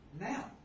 Now